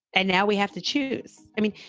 and now we have to choose. i mean,